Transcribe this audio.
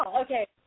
Okay